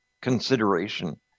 consideration